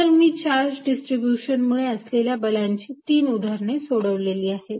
तर मी charge distribution मुळे असलेल्या बलाची तीन उदाहरणे सोडविली आहेत